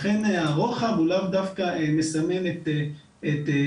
לכן הרוחב הוא לאו דווקא מסמן את רוחב